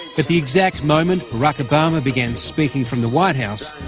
at the exact moment barack obama began speaking from the white house,